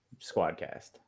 Squadcast